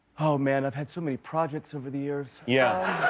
oh, man. i've had so many projects over the years. yeah.